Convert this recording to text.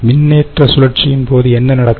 மின்னேற்ற சுழற்சியின் போது என்ன நடக்கும்